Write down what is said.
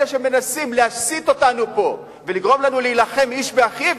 אלה שמנסים להסית אותנו פה ולגרום לנו להילחם איש באחיו,